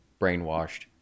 brainwashed